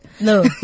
No